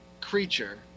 creature